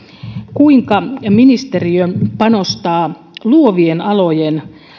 kuinka ministeriö panostaa luovien alojen